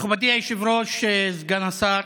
מכובדי היושב-ראש, סגן השר,